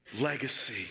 Legacy